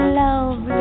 love